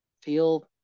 feel